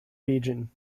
region